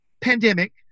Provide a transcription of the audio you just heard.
pandemic